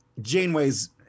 Janeway's